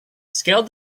scaled